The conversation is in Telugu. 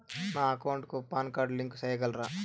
నా అకౌంట్ కు పాన్ కార్డు లింకు సేయగలరా?